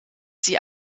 sie